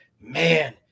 man